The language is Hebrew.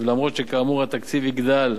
וגם אם כאמור התקציב יגדל,